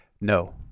No